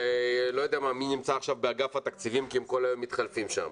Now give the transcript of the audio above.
לא יודע מי נמצא עכשיו באגף התקציבים כי הם כל יום מתחלפים שם,